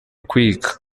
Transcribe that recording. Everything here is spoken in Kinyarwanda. kwiga